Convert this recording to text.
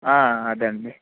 అదే అండి